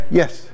yes